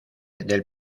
del